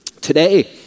Today